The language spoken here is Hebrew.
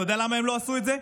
אתה יודע למה הם לא עשו את זה?